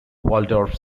waldorf